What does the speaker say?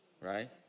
right